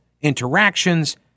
interactions